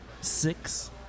Six